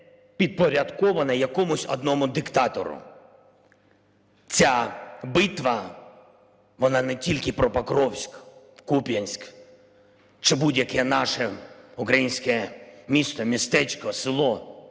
підпорядковано якомусь одному диктатору. Ця битва, вона не тільки про Покровськ, Куп'янськ чи будь-яке наше українське місто, містечко, село,